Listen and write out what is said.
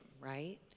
right